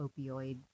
opioid